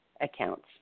accounts